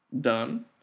done